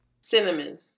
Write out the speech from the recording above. Cinnamon